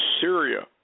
Syria